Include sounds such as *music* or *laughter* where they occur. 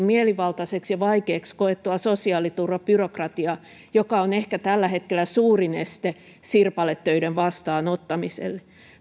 *unintelligible* mielivaltaiseksi ja vaikeaksi koettua sosiaaliturvabyrokratiaa joka on ehkä tällä hetkellä suurin este sirpaletöiden vastaanottamiselle